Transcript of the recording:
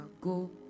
Go